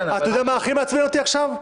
אתה יודע מה הכי מעצבן אותי עכשיו?